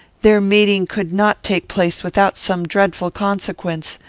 their meeting could not take place without some dreadful consequence.